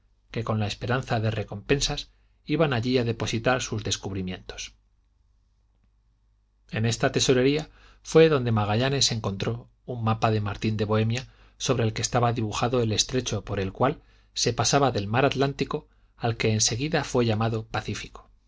que con la esperanza de recompensas iban allí a depositar sus descubrimientos en esta tesorería fué donde magallanes encontró un mapa de martín de bohemia sobre el que estaba dibujado el estrecho por el cual se pasaba del mar atlántico al que en seguida fué llamado pacífico